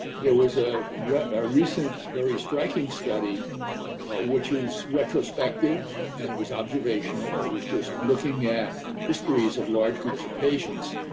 there was ah a ah recent, very striking, study which is retrospective and it was observational. it was just looking at histories of large groups of patients.